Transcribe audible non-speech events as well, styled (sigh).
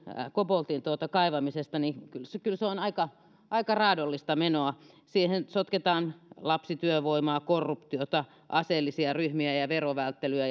koboltin kaivamisesta niin kyllä se kyllä se on aika aika raadollista menoa siihen sotketaan lapsityövoimaa korruptiota aseellisia ryhmiä ja verovälttelyä (unintelligible)